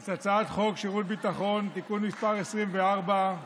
את הצעת חוק שירות ביטחון (תיקון מס' 24),